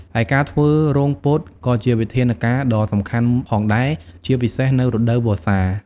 ឯការធ្វើរងពោតក៏ជាវិធានការដ៏សំខាន់ផងដែរ ជាពិសេសនៅ រដូវវស្សា។